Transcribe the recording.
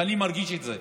ואני מרגיש את זה.